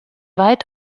weit